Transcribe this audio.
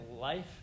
life